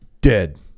dead